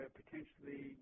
potentially